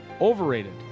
Overrated